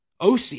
OC